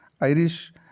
Irish